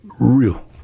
real